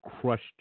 crushed